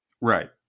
Right